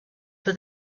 for